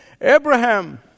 Abraham